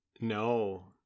No